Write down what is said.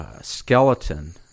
skeleton